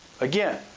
Again